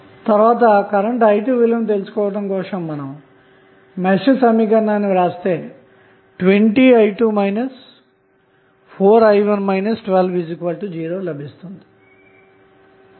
తరువాత మీరు current i2 విలువను తెలుసుకోవడం కోసం మెష్ సమీకరణాన్ని వ్రాస్తే 20i2 4i1 120 లభిస్తుందన్నమాట